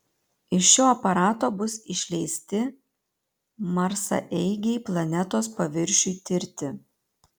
iš šio aparato bus išleisti marsaeigiai planetos paviršiui tirti